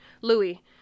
Louis